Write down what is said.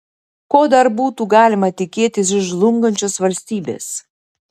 ko dar būtų galima tikėtis iš žlungančios valstybės